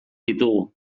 ditugu